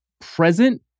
present